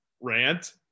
rant